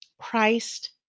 Christ